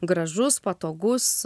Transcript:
gražus patogus